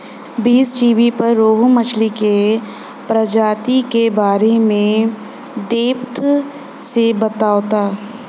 बीज़टीवी पर रोहु मछली के प्रजाति के बारे में डेप्थ से बतावता